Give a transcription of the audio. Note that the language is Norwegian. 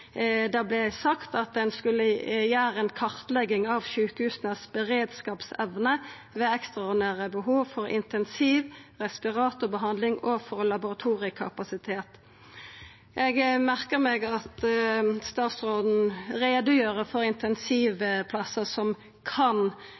Det vart òg sagt at ein skulle gjera ei kartlegging av beredskapsevna til sjukehusa ved ekstraordinære behov for intensiv respiratorbehandling og for laboratoriekapasitet. Eg merka meg at statsråden